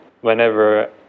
whenever